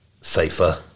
safer